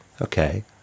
okay